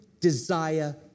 desire